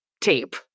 tape